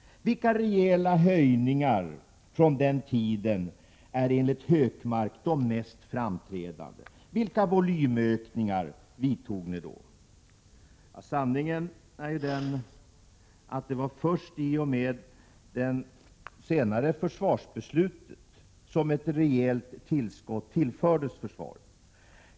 Vilka rejäla höjningar från den tiden är enligt Hökmark de mest framträdande? Vilka volymökningar gjorde ni då? Sanningen är den att det var först i och med det senare försvarsbeslutet som ett rejält tillskott tillfördes försvaret.